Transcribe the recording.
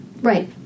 right